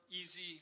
easy